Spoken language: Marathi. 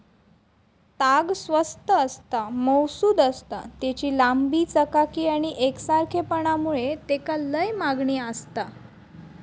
ताग स्वस्त आसता, मऊसुद आसता, तेची लांबी, चकाकी आणि एकसारखेपणा मुळे तेका लय मागणी आसता